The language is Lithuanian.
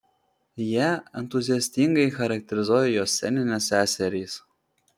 ją entuziastingai charakterizuoja jos sceninės seserys